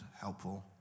helpful